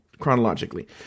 chronologically